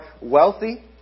wealthy